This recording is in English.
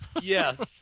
Yes